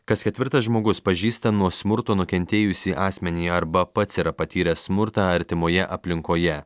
kas ketvirtas žmogus pažįsta nuo smurto nukentėjusį asmenį arba pats yra patyręs smurtą artimoje aplinkoje